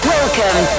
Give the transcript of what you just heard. Welcome